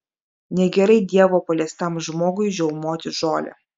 negerai dievo paliestam žmogui žiaumoti žolę